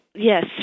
Yes